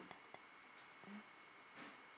mmhmm